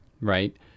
right